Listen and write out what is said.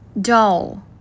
Doll